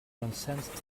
transcend